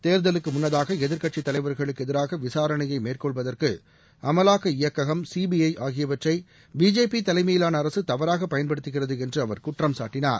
தேர்தலுக்கு முன்னதாக எதிர்கட்சி தலைவர்களுக்கு எதிராக விசாரணையை மேற்கொள்வதற்கு அமலாக்க இயக்ககம் சீபிஐ ஆகியவற்றை பிஜேபி தலைமயிலான அரசு தவறாக பயன்படுத்துகிறது என்று அவர் குற்றம் சாட்டனார்